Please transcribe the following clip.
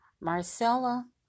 Marcella